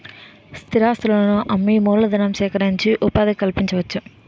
స్థిరాస్తులను అమ్మి మూలధనం సేకరించి ఉపాధి కల్పించవచ్చు